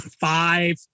five